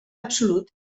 absolut